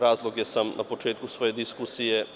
Razloge sam naveo na početku svoje diskusije.